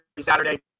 Saturday